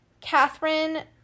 Catherine